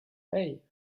hey